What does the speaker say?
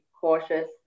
cautious